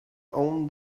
own